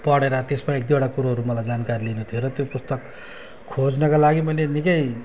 पढेर त्यसमा एक दुईवटा कुरोहरू मलाई जानकारी लिनु थियो र त्यो पुस्तक खोज्नका लागि मैले निकै